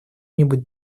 нибудь